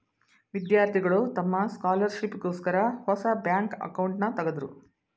ವಿದ್ಯಾರ್ಥಿಗಳು ತಮ್ಮ ಸ್ಕಾಲರ್ಶಿಪ್ ಗೋಸ್ಕರ ಹೊಸ ಬ್ಯಾಂಕ್ ಅಕೌಂಟ್ನನ ತಗದ್ರು